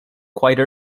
quite